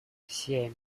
семь